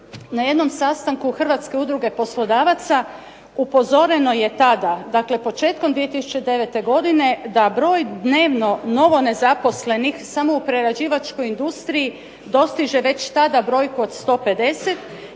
na jednom sastanku Hrvatske udruge poslodavaca upozoreno je tada, dakle početkom 2009. godine da broj dnevno novonezaposlenih samo u prerađivačkoj industriji dostiže već tada brojku od 150